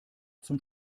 zum